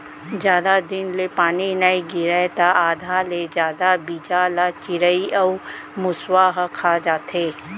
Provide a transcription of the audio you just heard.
जादा दिन ले पानी नइ गिरय त आधा ले जादा बीजा ल चिरई अउ मूसवा ह खा जाथे